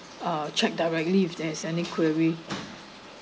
uh check directly if there's any query